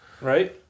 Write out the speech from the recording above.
Right